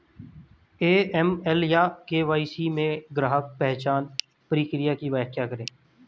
AML या KYC में ग्राहक पहचान प्रक्रिया की व्याख्या करें?